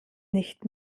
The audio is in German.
nicht